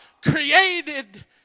created